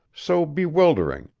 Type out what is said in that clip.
so bewildering,